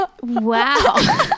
wow